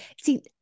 see